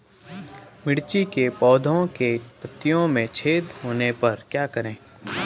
मिर्ची के पौधों के पत्तियों में छेद होने पर क्या करें?